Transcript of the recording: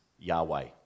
Yahweh